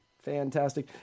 Fantastic